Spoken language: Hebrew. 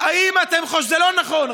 זה לא נכון.